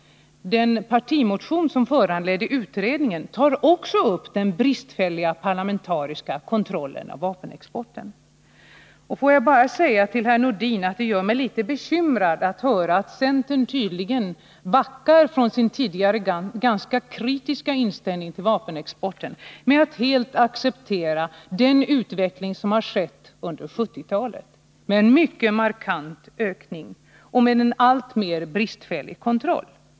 Den partimotion som föranledde utredningen tar också upp den bristfälliga parlamentariska kontrollen av vapenexporten. Får jag bara säga till herr Nordin att det gör mig litet bekymrad att höra att centern tydligen backar från sin tidigare ganska kritiska inställning till vapenexporten genom att helt acceptera den utveckling som har skett under 1970-talet, med en mycket markant ökning och med en alltmer bristfällig kontroll.